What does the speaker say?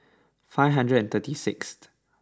five hundred and thirty sixth